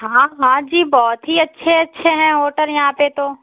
हाँ हाँ जी बहुत ही अच्छे अच्छे हैं होटर हैं यहाँ पर तो